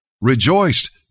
rejoiced